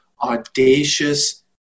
audacious